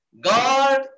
God